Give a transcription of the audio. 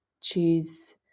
choose